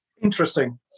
Interesting